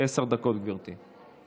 עשר דקות, גברתי.